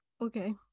Okay